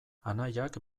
anaiak